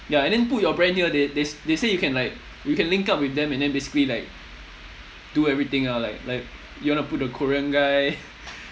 ya and then put your brand here they they they say you can like you can link up with them and then basically like do everything ah like like you want to put the korean guy